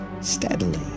steadily